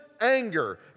anger